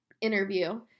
interview